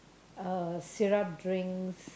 uh syrup drinks